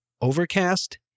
Overcast